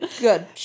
Good